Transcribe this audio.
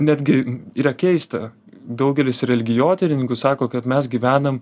netgi yra keista daugelis religijotyrininkų sako kad mes gyvenam